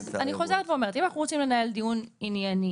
אם אנחנו רוצים לנהל דיון ענייני,